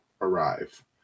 arrive